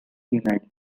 united